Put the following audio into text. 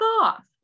off